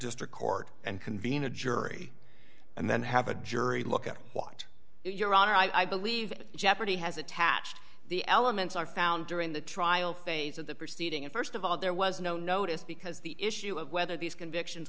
district court and convene a jury and then have a jury look at what your honor i believe jeopardy has attached the elements are found during the trial phase of the proceeding and st of all there was no notice because the issue of whether these convictions